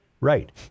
right